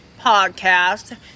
podcast